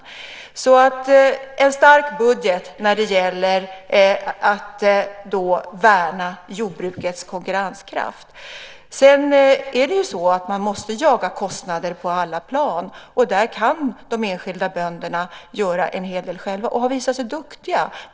Det handlar alltså om en stark budget när det gäller att värna jordbrukets konkurrenskraft. Men man måste jaga kostnader på alla plan. Där kan de enskilda bönderna göra en hel del själva, och de har visat sig vara duktiga.